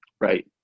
Right